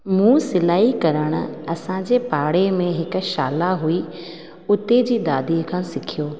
मूं सिलाई करणु असांजे पाड़े में हिकु शाला हुई उते जी दादीअ खां सिखियो